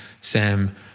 sam